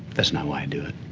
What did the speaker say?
that's not why i do it.